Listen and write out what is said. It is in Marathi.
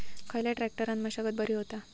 खयल्या ट्रॅक्टरान मशागत बरी होता?